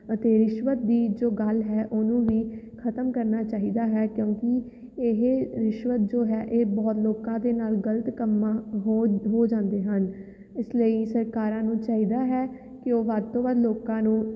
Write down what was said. ਅਤੇ ਰਿਸ਼ਵਤ ਦੀ ਜੋ ਗੱਲ ਹੈ ਉਹਨੂੰ ਵੀ ਖਤਮ ਕਰਨਾ ਚਾਹੀਦਾ ਹੈ ਕਿਉਂਕਿ ਇਹ ਰਿਸ਼ਵਤ ਜੋ ਹੈ ਇਹ ਬਹੁਤ ਲੋਕਾਂ ਦੇ ਨਾਲ ਗਲਤ ਕੰਮਾਂ ਹੋ ਹੋ ਜਾਂਦੇ ਹਨ ਇਸ ਲਈ ਸਰਕਾਰਾਂ ਨੂੰ ਚਾਹੀਦਾ ਹੈ ਕਿ ਉਹ ਵੱਧ ਤੋਂ ਵੱਧ ਲੋਕਾਂ ਨੂੰ